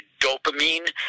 dopamine